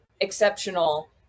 exceptional